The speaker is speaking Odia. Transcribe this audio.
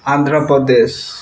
ଆନ୍ଧ୍ରପ୍ରଦେଶ